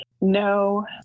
No